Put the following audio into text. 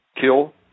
kill